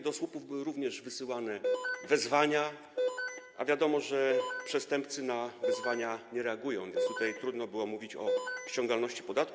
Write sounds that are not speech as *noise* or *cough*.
Do słupów były wysyłane *noise* wezwania, a wiadomo, że przestępcy na wezwania nie reagują, więc tutaj trudno było mówić o ściągalności podatku.